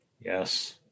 Yes